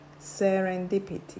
Serendipity